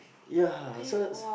yeah so so